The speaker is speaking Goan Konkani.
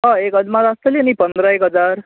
हय एक अदमास आसतली न्ही पंदरायेक हजार